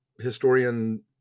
historian